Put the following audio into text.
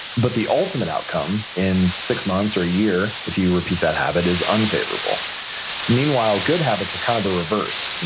but the ultimate outcome in six months or a year if you repeat that habit is unfavorable meanwhile good habits are kind of the reverse. and